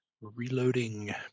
Reloading